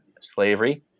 slavery